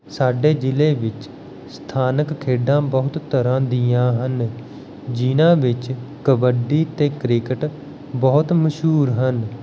ਸਾਡੇ ਜ਼ਿਲ੍ਹੇ ਵਿੱਚ ਸਥਾਨਕ ਖੇਡਾਂ ਬਹੁਤ ਤਰ੍ਹਾਂ ਦੀਆਂ ਹਨ ਜਿਨ੍ਹਾਂ ਵਿੱਚ ਕਬੱਡੀ ਅਤੇ ਕ੍ਰਿਕਟ ਬਹੁਤ ਮਸ਼ਹੂਰ ਹਨ